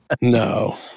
No